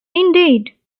indeed